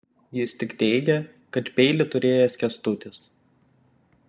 jis tik teigė kad peilį turėjęs kęstutis